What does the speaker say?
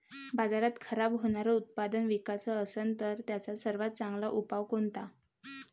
बाजारात खराब होनारं उत्पादन विकाच असन तर त्याचा सर्वात चांगला उपाव कोनता?